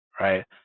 right